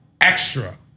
extra